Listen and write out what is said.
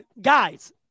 Guys